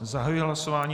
Zahajuji hlasování o M2.